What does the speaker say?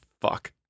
fuck